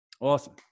Awesome